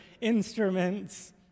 instruments